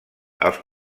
els